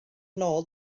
nôl